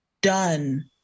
done